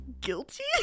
guilty